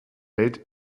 welt